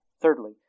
Thirdly